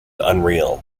unreal